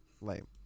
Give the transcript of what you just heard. Lame